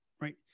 right